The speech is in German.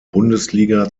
bundesliga